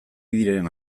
diren